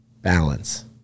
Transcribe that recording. balance